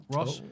Ross